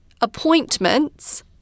appointments